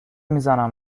میزنم